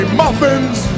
muffins